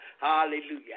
Hallelujah